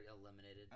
eliminated